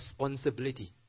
responsibility